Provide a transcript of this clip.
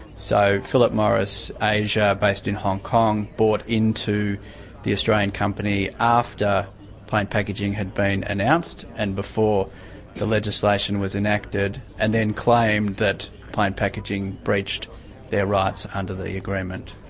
so philip morris asia, based in hong kong, bought into the australian company after plain packaging had been announced and before the legislation was enacted, and then claimed that plain packaging breached their rights under the agreement.